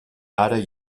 ara